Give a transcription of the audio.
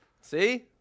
See